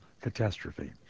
Catastrophe